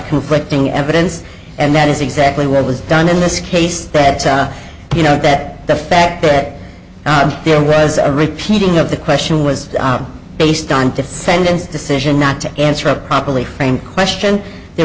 conflicting evidence and that is exactly what was done in this case that you know that the fact that there was a repeating of the question was based on defendant's decision not to answer a properly framed question there